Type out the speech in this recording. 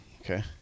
Okay